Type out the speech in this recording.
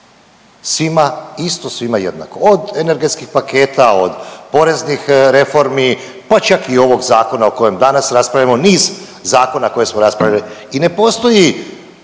Svima isto, svima jednako, od energetskih paketa, od poreznih reformi, pa čak i ovog Zakona o kojem danas raspravljamo, niz zakona koji smo raspravljali. I ne postoji